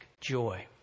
joy